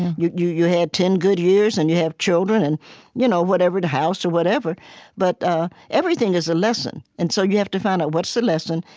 you you had ten good years, and you have children and you know whatever, the house or whatever but ah everything is a lesson. and so you have to find out what's the lesson,